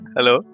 Hello